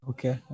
Okay